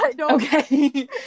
okay